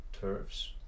turfs